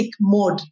mode